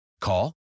Call